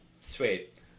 Sweet